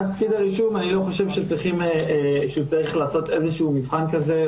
אני לא חושב שהוא צריך לעשות איזשהו מבחן כזה,